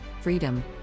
freedom